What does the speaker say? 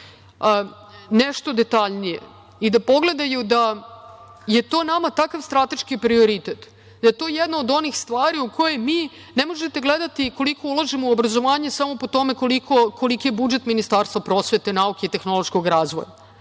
nešto detaljnije i da pogledaju da je to nama takav strateški prioritet, da je to jedna od onih stvari gde ne možete gledati koliko ulažemo u obrazovanje samo po tome koliki je budžet Ministarstva prosvete, nauke i tehnološkog razvoja.U